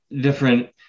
different